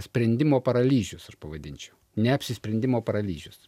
sprendimo paralyžius aš pavadinčiau neapsisprendimo paralyžius